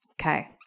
Okay